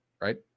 right